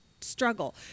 struggle